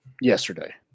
yesterday